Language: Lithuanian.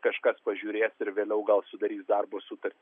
kažkas pažiūrės ir vėliau gal sudarys darbo sutartį